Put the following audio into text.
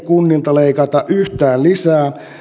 kunnilta ei leikata yhtään lisää